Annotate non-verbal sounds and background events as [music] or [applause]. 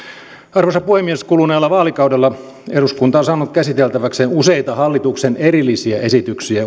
arvoisa puhemies kuluneella vaalikaudella eduskunta on saanut käsiteltäväkseen useita hallituksen erillisiä esityksiä [unintelligible]